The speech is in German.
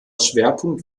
schwerpunkt